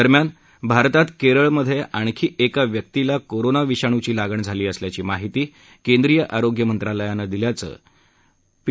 दरम्यान भारतात केरळमधल्या आणखी एका व्यक्तीला कोरोना विषाणूची लागण झाली असल्याची माहिती केंद्रीय आरोग्य मंत्रालयानं दिल्याचं पी